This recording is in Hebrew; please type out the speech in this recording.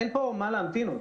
אין מה להמתין עוד.